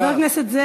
חבר הכנסת זאב,